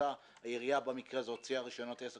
שהמועצה - שהעירייה במקרה הזה הוציאה רשיונות עסק